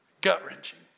gut-wrenching